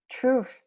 truth